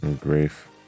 Grief